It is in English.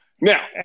Now